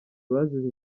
bazize